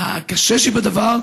הקושי שבדבר,